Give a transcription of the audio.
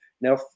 now